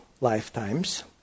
lifetimes